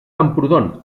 camprodon